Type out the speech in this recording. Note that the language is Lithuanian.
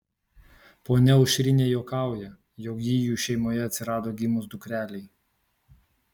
ponia aušrinė juokauja jog ji jų šeimoje atsirado gimus dukrelei